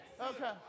Okay